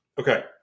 Okay